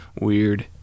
Weird